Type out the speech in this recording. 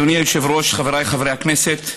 אדוני היושב-ראש, חבריי חברי הכנסת,